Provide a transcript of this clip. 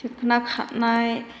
थिखोना खारनाय